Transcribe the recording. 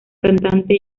cantante